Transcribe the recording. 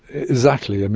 exactly. ah